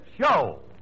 show